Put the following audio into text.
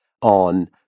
on